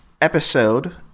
episode